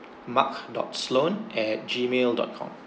mark dot sloan at gmail dot com